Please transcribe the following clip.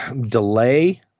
delay